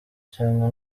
cyangwa